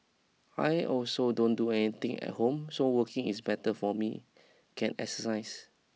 I also don't do anything at home so working is better for me can exercise